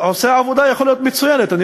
עושה עבודה, יכול להיות, מצוינת.